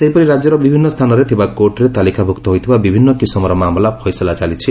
ସେହିପରି ରାକ୍ୟର ବିଭିନ୍ନ ସ୍ଥାନରେ ଥିବା କୋର୍ଟରେ ତାଲିକାଭୁକ୍ତ ହୋଇଥିବା ବିଭିନୁ କିସମର ମାମଲା ଫଇସଲା ଚାଲିଛି